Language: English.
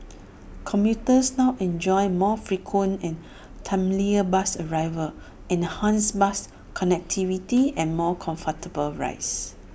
commuters now enjoy more frequent and timelier bus arrivals enhanced bus connectivity and more comfortable rides